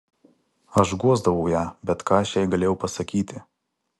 aš guosdavau ją bet ką aš jai galėjau pasakyti